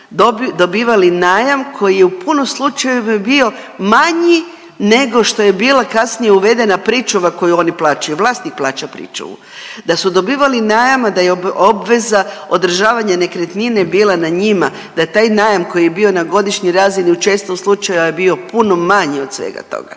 dobivali najam koji je u puno slučajevima bio manji nego što je bila kasnije bila uvedena pričuva koju oni plaćaju, vlasnik plaća pričuvu, da su dobivali najam da je obveza održavanje nekretnine bila na njima, da je taj najam koji je bio na godišnjoj razini u čestom slučaju bio puno manji od svega toga.